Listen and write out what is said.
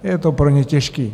Je to pro ně těžké.